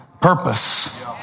purpose